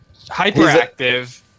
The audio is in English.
hyperactive